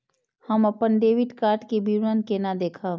हम अपन debit card के विवरण केना देखब?